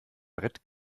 brett